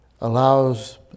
allows